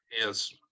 Yes